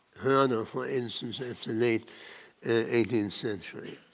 know, for instance, that's the late eighteenth century,